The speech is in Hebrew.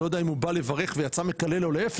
אני לא יודע אם הוא בא לברך ויצא מקלל או להיפך,